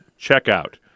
checkout